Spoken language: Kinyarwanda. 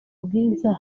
bwiza